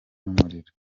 n’umuriro